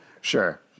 Sure